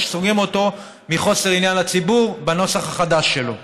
סוגרים אותו מחוסר עניין לציבור בנוסח החדש שלו.